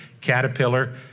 caterpillar